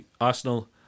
Arsenal